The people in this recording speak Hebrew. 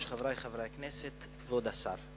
כבוד היושב-ראש, חברי חברי הכנסת, כבוד השר,